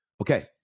Okay